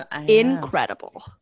incredible